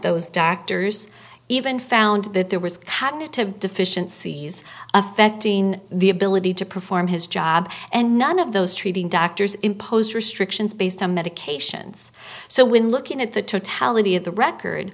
those doctors even found that there was cabinet of deficiencies affecting the ability to perform his job and none of those treating doctors impose restrictions based on medications so when looking at the t